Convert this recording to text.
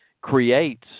creates